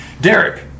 Derek